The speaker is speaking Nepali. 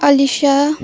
अलिसा